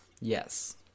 Yes